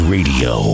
Radio